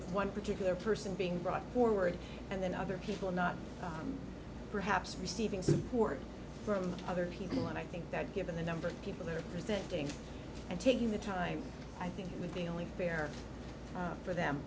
one particular person being brought forward and then other people not perhaps receiving support from other people and i think that given the number of people that are standing and taking the time i think the only fair for them